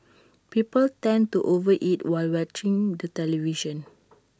people tend to over eat while watching the television